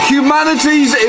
Humanity's